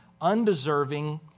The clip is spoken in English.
undeserving